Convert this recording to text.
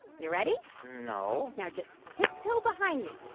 you ready? no now just tiptoe behind me.